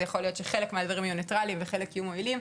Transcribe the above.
זה יכול להיות שחלק מהדברים יהיו ניטרליים וחלק יהיו מועילים,